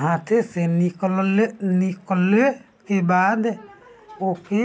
हाथे से निकलले के बाद ओके